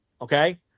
Okay